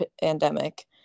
pandemic